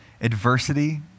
adversity